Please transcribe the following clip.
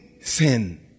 sin